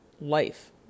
life